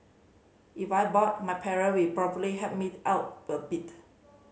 if I bought my parent will probably help me out a bit